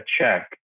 check